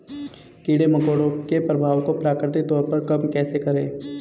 कीड़े मकोड़ों के प्रभाव को प्राकृतिक तौर पर कम कैसे करें?